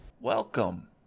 Welcome